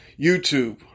YouTube